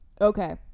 Okay